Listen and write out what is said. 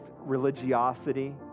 religiosity